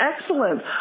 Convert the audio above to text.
excellent